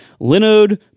Linode